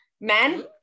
men